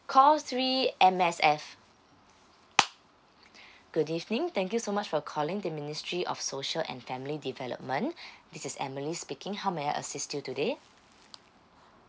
call three M_S_F good evening thank you so much for calling the ministry of social and family development this is emily speaking how may I assist you today